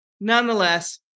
nonetheless